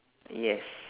yes